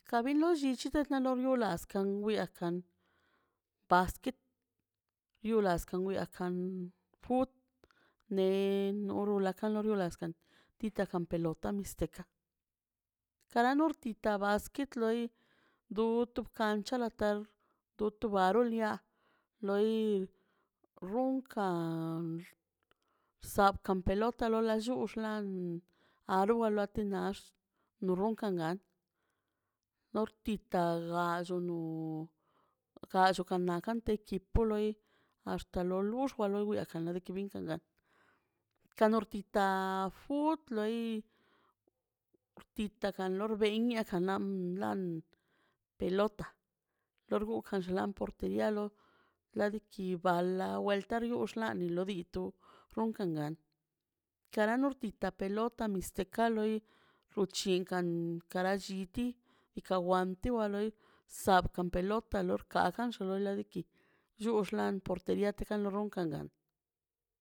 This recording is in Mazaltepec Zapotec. Ka bin lo llichi torlo biaskan wiakan basket yulaskan yoakan kan fut ne kara kariola neskan titan kal pelota nostika kara nortita basket loi um tu kancha na doturialo lia loi runkan sam ka pelota lola rull- lan aluale lati gax na no runkan gan nortita gallo no gallo kanteki y po loi axta lo lullba loi ka nortita a fut loi tita kan lor bei nia kanan lai pelota lor gugan xalan urtiga loi la diki balaw welto ri liarlos la runkan gan kara nortita pelota misteka loi ruchinkan kara lliti ika wanti wa loi sanka ti pelota lorkagan to loi diki lluch lan porterian ganga